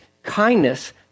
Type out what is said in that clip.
kindness